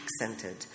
accented